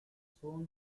soon